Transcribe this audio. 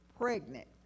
pregnant